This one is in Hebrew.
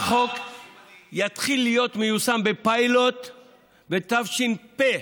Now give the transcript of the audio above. החוק יתחיל להיות מיושם בפיילוט בתש"פ,